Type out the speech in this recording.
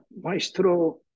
Maestro